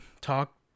talk